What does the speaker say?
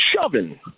shoving